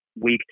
week